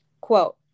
Quote